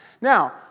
Now